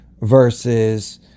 versus